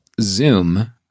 Zoom